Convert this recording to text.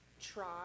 Try